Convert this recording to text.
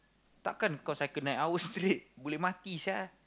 tak kan kau cycle nine hours straight boleh mati sia